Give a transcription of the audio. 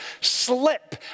slip